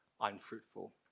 unfruitful